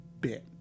bit